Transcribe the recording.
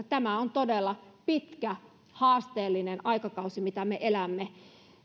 tämä on todella pitkä haasteellinen aikakausi mitä me elämme kysyn